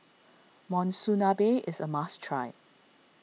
Monsunabe is a must try